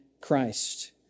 Christ